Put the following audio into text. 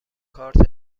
کارت